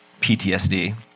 PTSD